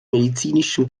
medizinischen